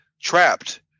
trapped